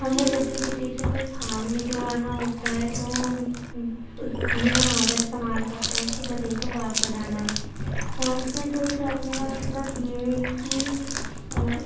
ہمیں جب بھی کسی سے کوئی کام نکلوانا ہوتا ہے تو ہم یہ محاورہ استعمال کرتے ہیں کہ گدھے کو باپ بنانا آنکھ میں دھول جھونکنے کا مطلب یہ ہے کہ